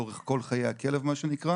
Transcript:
של חיית